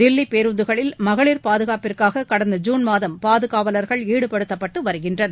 தில்லி பேருந்துகளில் மகளிர் பாதுகாட்டுக்காக கடந்த ஜுன் மாதம் பாதுகாவலர்கள் ஈடுபடுத்தப்பட்டு வருகின்றனர்